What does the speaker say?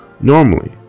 Normally